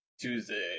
Tuesday